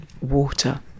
water